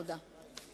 תודה.